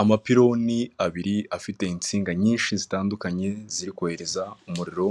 Amapironi abiri afite insinga nyinshi zitandukanye, ziri kohereza umuriro